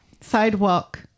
sidewalk